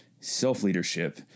self-leadership